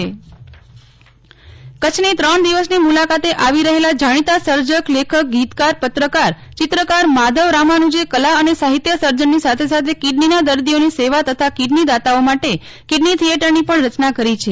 નેહલ ઠકકર કચ્છની ત્રણ દિવસની મુલાકાતે આવી રહેલા જાણીતા સર્જક લેખક ગીતકાર પત્રકાર ચિત્રકાર માધવ રામાનુજે કલા અને સાફિત્યસર્જનની સાથેસાથે કિડનીના દર્દીઓની સેવા તથા કિડની દાતાઓ માટે કિડની થિચેટરની પણ રચના કરી છે